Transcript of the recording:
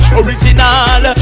original